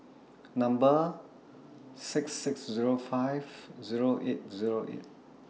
Number six six Zero five Zero eight Zero eight